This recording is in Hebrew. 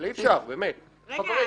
רגע,